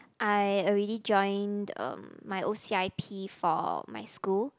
I already joined um my o_c_i_p for my school